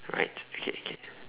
right to be